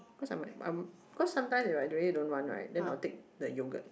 cause I'm I'm cause sometimes if I really don't want right then I'll take the yogurt